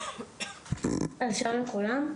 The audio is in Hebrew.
שלום לכולם,